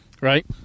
right